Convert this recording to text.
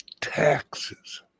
taxes